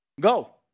Go